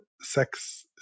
sex